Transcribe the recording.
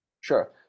Sure